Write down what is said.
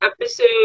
episode